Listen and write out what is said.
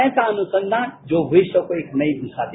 ऐसा अनुसंधान जो विश्व को एक नई दिशा दे